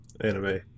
anime